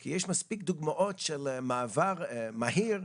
כי יש מספיק דוגמאות של מעבר מהיר,